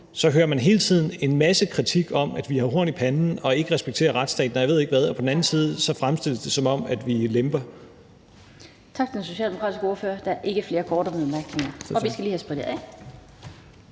hører man hele tiden en masse kritik om, at vi har horn i panden og ikke respekterer retsstaten, og jeg ved ikke hvad, og på den anden side fremstilles det, som om vi lemper